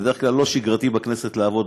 בדרך כלל לא שגרתי בכנסת לעבוד,